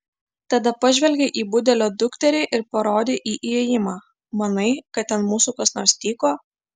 tada pažvelgė į budelio dukterį ir parodė į įėjimą manai kad ten mūsų kas nors tyko